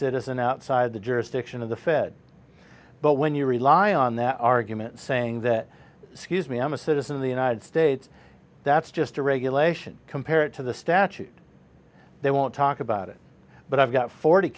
citizen outside the jurisdiction of the fed but when you rely on that argument saying that scuse me i'm a citizen of the united states that's just a regulation compare it to the statute they won't talk about it but i've got forty